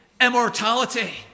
immortality